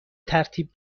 ترتیب